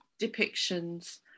depictions